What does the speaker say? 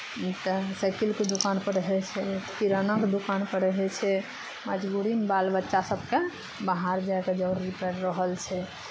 तऽ साइकिलके दोकानपर रहै छै किरानाके दुकानपर रहै छै मजबूरीमे बाल बच्चा सभकेँ बाहर जायके जरूरी पड़ि रहल छै